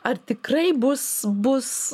ar tikrai bus bus